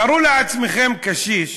תארו לעצמכם קשיש